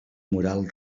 mural